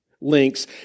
links